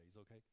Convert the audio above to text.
okay